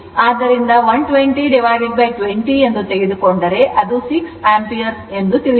ಆದ್ದರಿಂದ 12020 ತೆಗೆದುಕೊಂಡರೆ ಅದು 6 ಆಂಪಿಯರ್ ಎಂದು ತಿಳಿಯುತ್ತದೆ